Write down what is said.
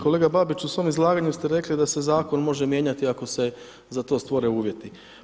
Kolega Babić, u svom izlaganju ste rekli da se zakon može mijenjati ako se za to stvore uvjeti.